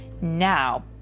now